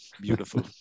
Beautiful